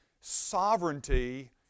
sovereignty